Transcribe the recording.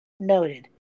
Noted